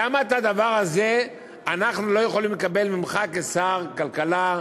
למה את הדבר הזה אנחנו לא יכולים לקבל ממך כשר הכלכלה,